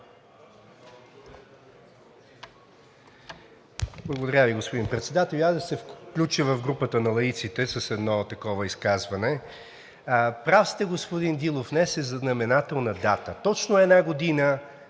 Благодаря Ви, господин Председател. И аз да се включа в групата на лаиците с едно такова изказване. Прав сте, господин Дилов – днес е знаменателна дата. Точно една година